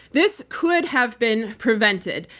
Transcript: this could have been prevented.